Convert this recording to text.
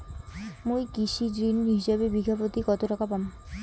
মুই কৃষি ঋণ হিসাবে বিঘা প্রতি কতো টাকা পাম?